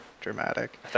dramatic